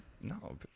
No